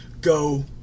go